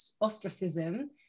ostracism